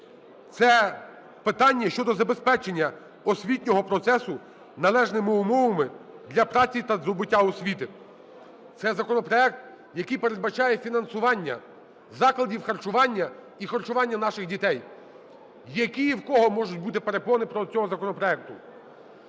Це питання щодо забезпечення освітнього процесу належними умовами для праці та здобуття освіти. Це законопроект, який передбачає фінансування закладів харчування і харчування наших дітей. Які в кого можуть бути перепони проти цього законопроекту?